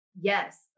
yes